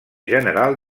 general